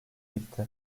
bitti